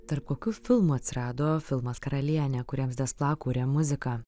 tarp kokių filmų atsirado filmas karalienė kuriam del pla kuria muziką